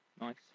Nice